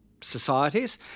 societies